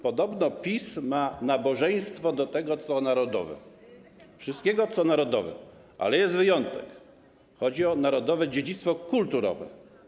Podobno PiS ma nabożeństwo do tego, co narodowe, wszystkiego, co narodowe, ale jest wyjątek: chodzi o narodowe dziedzictwo kulturowe.